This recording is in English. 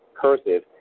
cursive